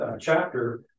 chapter